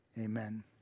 amen